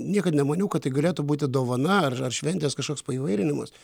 niekad nemaniau kad tai galėtų būti dovana ar ar šventės kažkoks paįvairinimas